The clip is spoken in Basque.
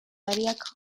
postariak